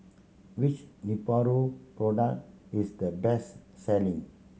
which Nepro product is the best selling